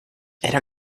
era